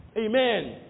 Amen